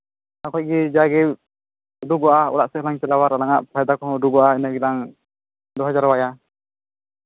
ᱚᱸᱰᱮ ᱠᱷᱚᱱ ᱜᱮ ᱡᱟᱜᱮ ᱩᱰᱩᱠᱚᱜᱼᱟ ᱚᱲᱟᱜ ᱥᱮᱫ ᱞᱟᱝ ᱪᱟᱞᱟᱣᱟ ᱟᱨ ᱟᱞᱟᱝᱼᱟᱜ ᱯᱷᱟᱭᱫᱟ ᱠᱚᱦᱚᱸ ᱩᱰᱩᱠᱚᱜᱼᱟ ᱤᱱᱟᱹ ᱜᱮᱞᱟᱝ ᱫᱚᱦᱚ ᱡᱟᱣᱨᱟᱭᱟ